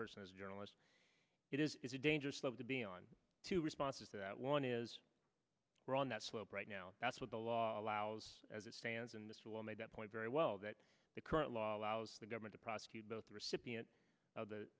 person as a journalist it is a dangerous love to be on two responses that one is on that slope right now that's what the law allows as it stands and this will make that point very well that the current law allows the government to prosecute both the recipient of the